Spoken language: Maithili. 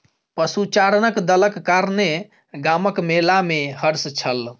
पशुचारणक दलक कारणेँ गामक मेला में हर्ष छल